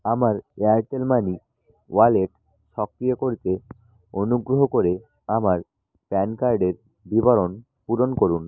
আমার Airtel money wallet সক্রিয় করতে অনুগ্রহ করে আমার প্যান কার্ডের বিবরণ পূরণ করুন